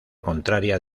contraria